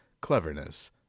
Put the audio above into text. cleverness